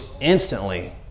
instantly